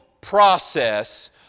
process